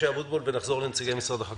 משה אבוטבול ונחזור לנציגי משרד החקלאות.